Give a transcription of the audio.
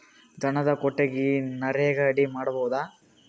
ದನದ ಕೊಟ್ಟಿಗಿ ನರೆಗಾ ಅಡಿ ಮಾಡಬಹುದಾ?